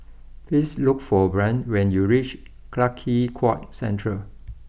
please look for Bryn when you reach Clarke Quay Central